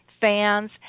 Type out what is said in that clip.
fans